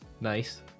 Nice